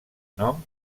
nom